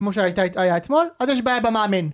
כמו שהיה אתמול, אז יש בעיה במאמין